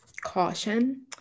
caution